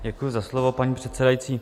Děkuji za slovo, paní předsedající.